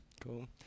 Cool